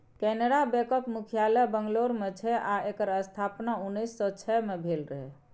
कैनरा बैकक मुख्यालय बंगलौर मे छै आ एकर स्थापना उन्नैस सँ छइ मे भेल रहय